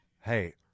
Hey